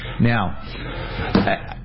Now